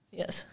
yes